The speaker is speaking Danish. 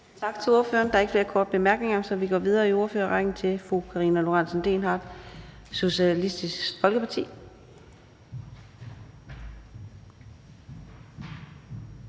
Tak til ordføreren. Der er ikke flere korte bemærkninger. Vi går videre i ordførerrækken til fru Mai Mercado, Det Konservative Folkeparti.